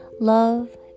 Love